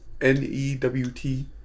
N-E-W-T